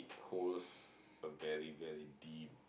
hold a very very deep